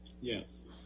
yes